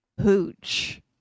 hooch